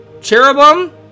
Cherubim